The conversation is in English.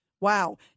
Wow